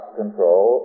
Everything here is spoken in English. control